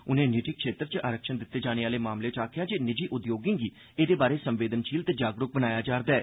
उनें निजी क्षेत्र च आरक्षण दित्ते जाने आह्ले मामले च आखेआ जे निजी उद्योगें गी एह्दे बारै च संवेदनशील ते जागरूक बनाया जा'रदा ऐ